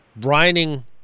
brining